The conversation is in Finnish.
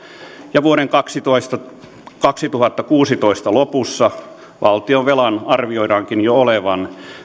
ja vuoden kaksituhattakuusitoista lopussa valtionvelan arvioidaankin olevan